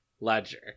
Ledger